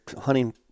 hunting